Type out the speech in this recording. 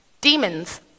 demons